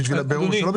בשביל הבירור שלו,